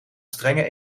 strenge